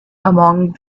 among